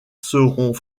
seront